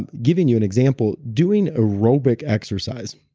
and giving you an example, doing aerobic exercise,